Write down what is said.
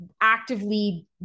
actively